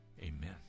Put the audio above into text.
Amen